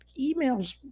emails